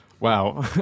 Wow